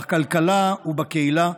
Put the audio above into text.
בכלכלה ובקהילה,